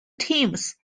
teams